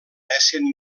essent